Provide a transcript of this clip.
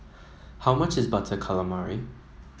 how much is Butter Calamari